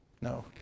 No